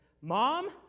Mom